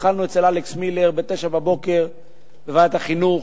התחלנו אצל אלכס מילר ב-09:00 בוועדת החינוך,